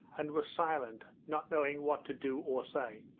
and was silent, not knowing what to do or say.